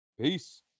Peace